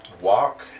walk